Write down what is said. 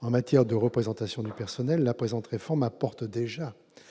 En matière de représentation du personnel, la présente réforme apporte déjà